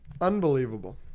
unbelievable